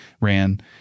ran